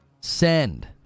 Send